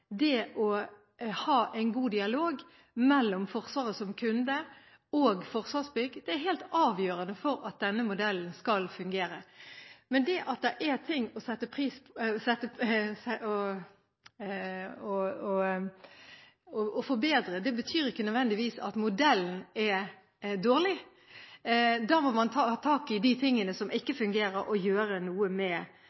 det å ha en god dialog mellom Forsvaret som kunde og Forsvarsbygg er helt avgjørende for at denne modellen skal fungere. Men det at det er ting å forbedre, betyr ikke nødvendigvis at modellen er dårlig. Da må man ta tak i de tingene som ikke